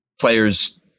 players